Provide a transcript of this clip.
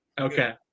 Okay